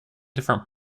different